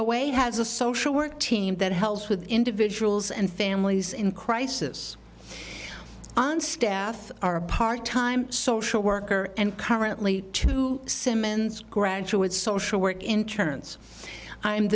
o way has a social work team that helps with individuals and families in crisis on staff are part time social worker and currently two simmons graduate social work in